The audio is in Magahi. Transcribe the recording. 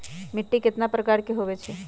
मिट्टी कतना प्रकार के होवैछे?